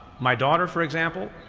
my daughter, for example.